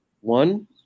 One